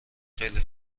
خیلی